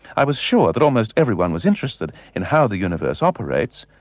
i was sure that almost everyone was interested in how the universe operates,